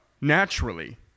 naturally